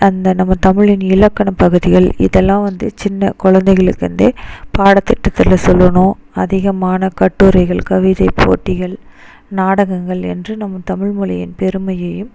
அந்த நம்ம தமிழின் இலக்கணப்பகுதிகள் இதெல்லாம் வந்து சின்ன குழந்தைகளுக்கு வந்து பாடத்திட்டத்தில் சொல்லணும் அதிகமான கட்டுரைகள் கவிதைப்போட்டிகள் நாடகங்கள் என்று நம்ம தமிழ் மொழியின் பெருமையையும்